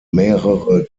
mehrere